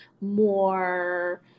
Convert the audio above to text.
more